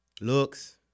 looks